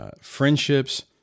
friendships